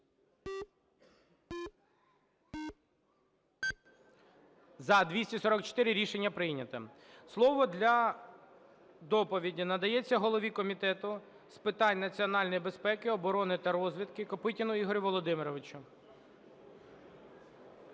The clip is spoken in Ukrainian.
За-244 Рішення прийнято. Слово для доповіді надається голові Комітету з питань національної безпеки, оборони та розвідки Копитіну Ігорю Володимировичу.